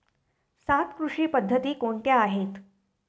सात कृषी पद्धती कोणत्या आहेत?